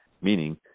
meaning